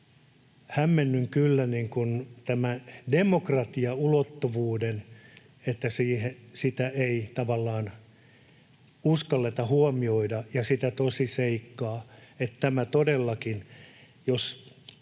hämmennyn kyllä tässä demokratiaulottuvuudessa siitä, että ei tavallaan uskalleta huomioida sitä eikä sitä tosiseikkaa,